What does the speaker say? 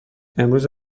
امروز